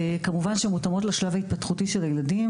כמובן שהן מותאמות לשלב ההתפתחותי של הילדים,